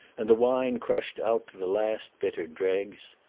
and the wine crushed out to the last bitter dregs.